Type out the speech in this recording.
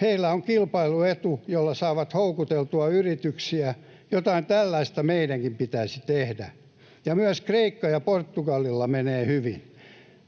Heillä on kilpailuetu, jolla saavat houkuteltua yrityksiä. Jotain tällaista meidänkin pitäisi tehdä. Myös Kreikalla ja Portugalilla menee hyvin.